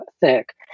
thick